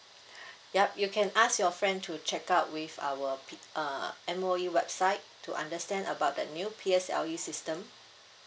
yup you can ask your friend to check out with our P uh M_O_E website to understand about the new P_S_L_E system